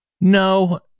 no